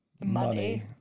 money